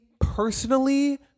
personally